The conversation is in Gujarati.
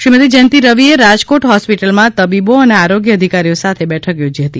શ્રીમતી જયંતિ રવિચે રાજકોટ હોસ્પીટલમાં તબીબો અને આરોગ્ય અધિકારીઓ સાથે બેઠક યોજી હતી